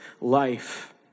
life